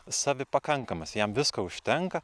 savipakankamas jam visko užtenka